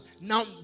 Now